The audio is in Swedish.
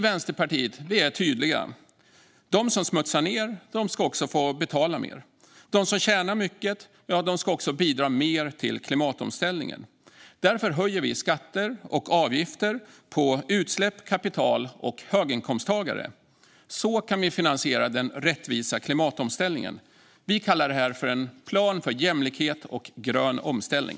Vänsterpartiet är tydligt: De som smutsar ned ska få betala mer, och de som tjänar mycket ska bidra mer till klimatomställningen. Därför höjer vi skatter och avgifter på utsläpp och kapital och för höginkomsttagare. På så vis kan vi finansiera den rättvisa klimatomställningen. Vi kallar det En plan för jämlikhet och grön omställning .